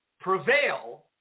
prevail